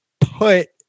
put